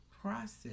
process